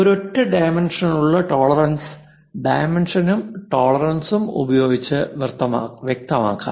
ഒരൊറ്റ ഡൈമെൻഷനുള്ള ടോളറൻസ് ഡൈമെൻഷനും ടോളറൻസും ഉപയോഗിച്ച് വ്യക്തമാക്കാം